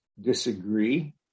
disagree